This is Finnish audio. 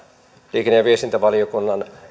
liikenne ja viestintävaliokunnan